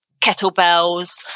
kettlebells